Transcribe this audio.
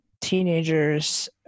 teenagers